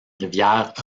rivière